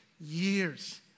years